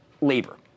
Labor